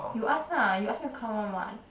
you ask ah you ask me to come [one] [what]